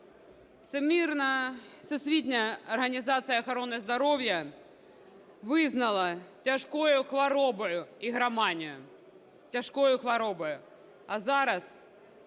почули. Всесвітня організація охорони здоров'я визнала тяжкою хворобою ігроманію, тяжкою хворобою. А зараз,